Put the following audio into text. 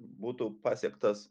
būtų pasiektas